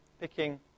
picking